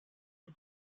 est